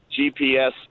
GPS